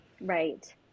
Right